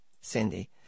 Cindy